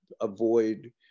avoid